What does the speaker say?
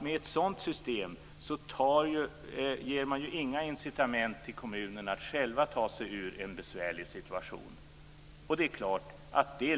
Med ett sådant system ger man inga incitament för kommunerna att själva ta sig ur en besvärlig situation. Det är klart att det